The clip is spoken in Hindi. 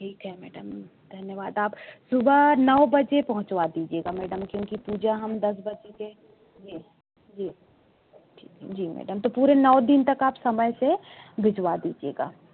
ठीक है मैडम धन्यवाद आप सुबह नौ बजे पहुँचा दीजिएगा मैडम क्योंकि पूजा हम दस बजे से जी जी जी मैडम तो पूरे नौ दिन तक आप समय से भिजवा दीजिएगा